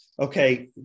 okay